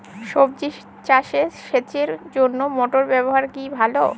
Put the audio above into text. সবজি চাষে সেচের জন্য মোটর ব্যবহার কি ভালো?